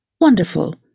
Wonderful